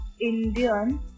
Indian